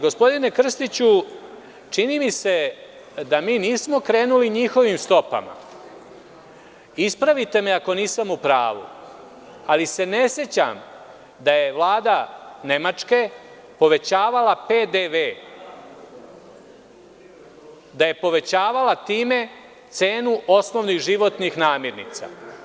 Gospodine Krstiću, čini mi se da mi nismo krenuli njihovim stopama, a vi me ispravite ako nisam u pravu, ali se ne sećam da je Vlada Nemačke povećavala PDV, time cenu osnovnih životnih namirnica.